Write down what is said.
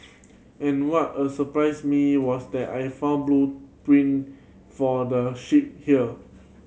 and what a surprised me was that I found blue print for the ship here